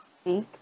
speak